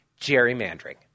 gerrymandering